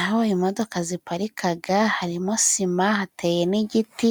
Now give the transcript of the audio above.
Aho imodoka ziparikaga harimo sima, hateye n'igiti.